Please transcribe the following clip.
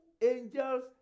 angels